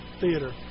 theater